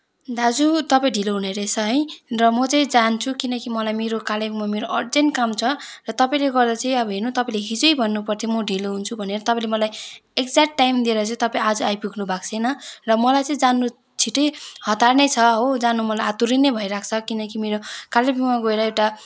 दाजु तपाईँ ढिलो हुने रहेछ है र म चाहिँ जान्छु किनकि मलाई मेरो कालिम्पोङमा मेरो अर्जेन्ट काम छ र तपाईँले गर्दा चाहिँ अब हेर्नु तपाईँले हिजै भन्नु पर्थ्यो म ढिलो हुन्छु भनेर तपाईँले मलाई एक्जेक्ट टाइम दिएर चाहिँ तपाईँ आज आइपुग्नुभएको छैन र मलाई चाहिँ जान छिटै हतार नै छ हो जान मन आतुरी नै भइरहेको छ किनकि मेरो कालिम्पोङ गएर एउटा